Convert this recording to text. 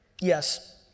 Yes